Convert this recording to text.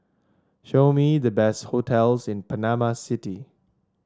show me the best hotels in Panama City